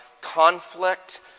conflict